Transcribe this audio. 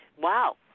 Wow